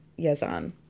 Yazan